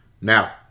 Now